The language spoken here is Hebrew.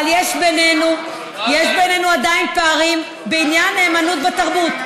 אבל יש בינינו עדיין פערים בעניין נאמנות בתרבות,